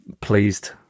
pleased